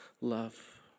love